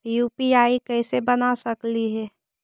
UPI कैसे बना सकली हे?